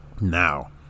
Now